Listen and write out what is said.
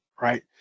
right